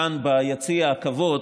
כאן, ביציע הכבוד,